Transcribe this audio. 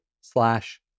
slash